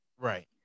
Right